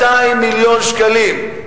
200 מיליון שקלים,